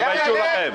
תתביישו לכם.